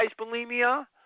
bulimia